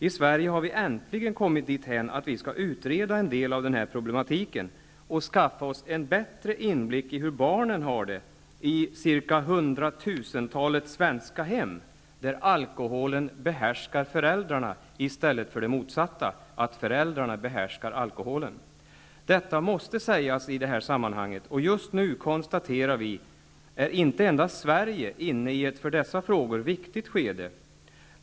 I Sverige har vi äntligen kommit dithän att vi skall utreda en del av den här problematiken och skaffa oss en bättre inblick i hur barnen har det i hundratusentalet svenska hem där alkoholen behärskar föräldrarna i stället för det motsatta, att föräldrarna behärskar alkoholen. Detta måste sägas i detta sammanhang! Just nu konstaterar vi att det inte är endast Sverige som är inne i ett, för dessa frågor, viktigt skede.